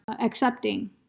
accepting